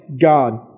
God